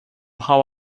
how